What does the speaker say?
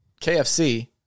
KFC